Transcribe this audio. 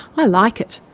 i like it,